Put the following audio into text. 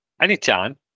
anytime